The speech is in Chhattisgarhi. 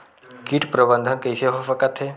कीट प्रबंधन कइसे हो सकथे?